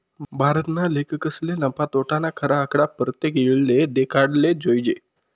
भारतना लेखकसले नफा, तोटाना खरा आकडा परतेक येळले देखाडाले जोयजे